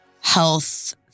health